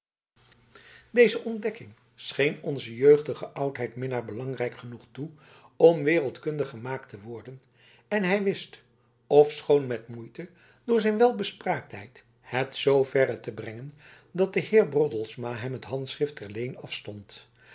deze ontdekking scheen onzen jeugdigen oudheidminnaar belangrijk genoeg toe om wereldkundig gemaakt te worden en hij wist ofschoon met moeite door zijn welbespraaktheid het zooverre te brengen dat de heer broddelsma hem het handschrift ter leen afstond